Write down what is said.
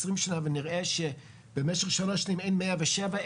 אם אנחנו נסתכל בעוד עשרים שנה ונראה שבמשך שלוש שנים אין מאה ושבע,